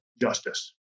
justice